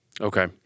Okay